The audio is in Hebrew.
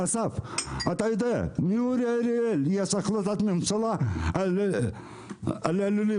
אסף, מאורי אריאל יש החלטת ממשלה על הלולים